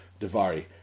Davari